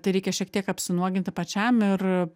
tai reikia šiek tiek apsinuoginti pačiam ir